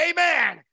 Amen